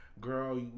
girl